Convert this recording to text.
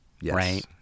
Yes